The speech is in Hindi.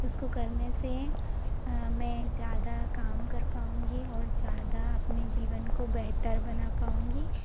उसको करने से मैं ज़्यादा काम कर पाऊंगी और ज़्यादा अपने जीवन को बेहतर बना पाऊंगी